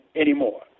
anymore